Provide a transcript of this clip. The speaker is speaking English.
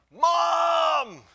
Mom